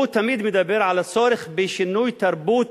הוא תמיד מדבר על הצורך בשינוי תרבות